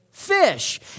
fish